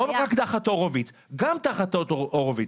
לא רק תחת הורוביץ.